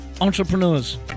entrepreneurs